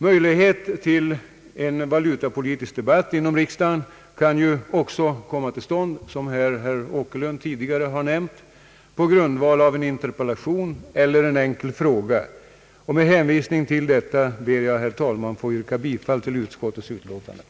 Möjlighet till valutapolitisk debatt inom riksdagen kan ju också komma till stånd, som herr Åkerlund tidigare nämnt, på grundval av en interpellation eller en enkel fråga. Med hänvisning till detta ber jag, herr talman, att få yrka bifall till utskottets hemställan.